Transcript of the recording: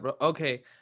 Okay